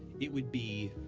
it would be.